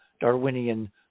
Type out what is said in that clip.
darwinian